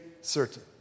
certain